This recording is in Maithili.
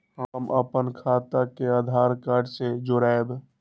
हम अपन खाता के आधार कार्ड के जोरैब?